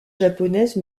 japonaise